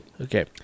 Okay